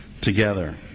together